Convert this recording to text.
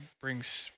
brings